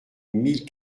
mille